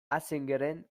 assangeren